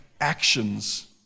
actions